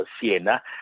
Siena